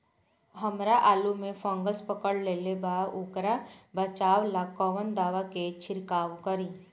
हमरा आलू में फंगस पकड़ लेले बा वोकरा बचाव ला कवन दावा के छिरकाव करी?